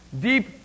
deep